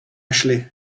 šli